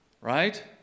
Right